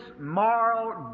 moral